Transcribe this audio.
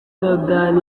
soudan